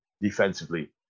defensively